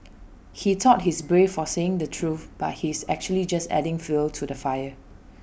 he thought he's brave for saying the truth but he's actually just adding fuel to the fire